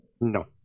No